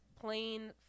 plain